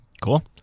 Cool